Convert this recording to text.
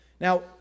Now